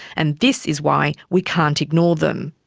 and this is why we can't ignore them.